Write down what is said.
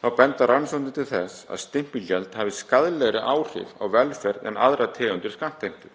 Þá benda rannsóknir til þess að stimpilgjald hafi skaðlegri áhrif á velferð en aðrar tegundir skattheimtu.